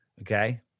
okay